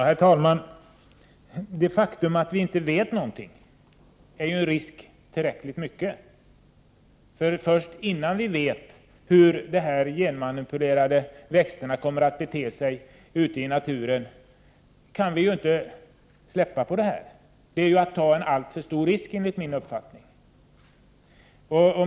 Herr talman! Det faktum att vi inte vet någonting är ju en tillräckligt stor risk. Innan vi vet hur de genmanipulerade växterna kommer att bete sig ute i naturen kan vi inte släppa den här tekniken fri. Det vore att ta en alltför stor risk enligt min uppfattning.